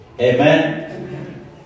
Amen